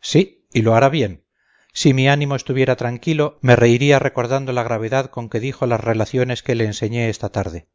sí y lo hará bien si mi ánimo estuviera tranquilo me reiría recordando la gravedad con que dijo las relaciones que le enseñé esta tarde